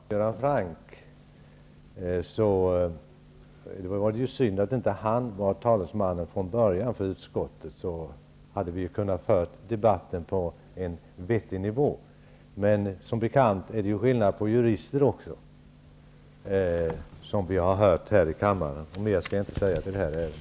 Fru talman! När jag hör Hans Göran Franck tänker jag att det var synd att han inte var utskottets talesman från början. Då hade vi kunnat föra debatten på en vettig nivå. Men som bekant är det skillnad på jurister också, som vi har hört här i kammaren. Mer skall jag inte säga i detta ärende.